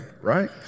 right